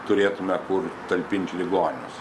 turėtume kur talpinti ligonius